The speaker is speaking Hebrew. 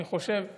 מכתב לשר,